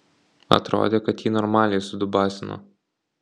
atrodė kad jį normaliai sudubasino